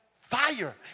fire